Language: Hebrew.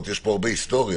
יש פה הרבה היסטוריה